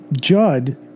Judd